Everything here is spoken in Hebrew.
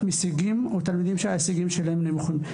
הישגיים או עם תלמידים שההישגים שלהם נמוכים.